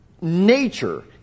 nature